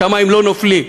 שמים לא נופלים.